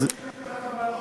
מי שחתם על החוק,